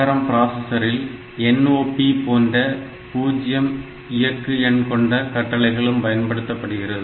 ARM பிராசஸரில் NOP போன்ற 0 இயக்கு எண் கொண்ட கட்டளைகளும் பயன்படுத்தப்படுகிறது